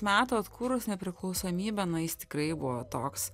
metų atkūrus nepriklausomybę nq jis tikrai buvo toks